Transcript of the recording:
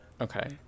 Okay